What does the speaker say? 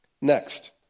Next